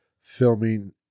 filming